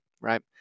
right